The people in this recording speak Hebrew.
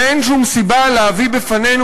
ואין שום סיבה להביא בפנינו,